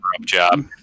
job